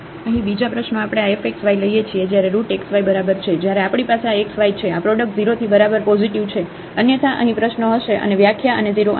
અહીં બીજી પ્રશ્નો આપણે આ f xy લઈએ છીએ જ્યારે રુટ x y બરાબર છે જ્યારે આપણી પાસે આ xy છે આ પ્રોડક્ટ 0 થી બરાબર પોઝિટિવ છે અન્યથા અહીં પ્રશ્નો હશે અને વ્યાખ્યા અને 0 અન્યત્ર